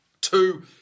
Two